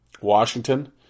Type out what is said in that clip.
Washington